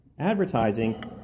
Advertising